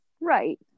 Right